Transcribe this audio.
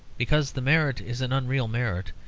because the merit is an unreal merit,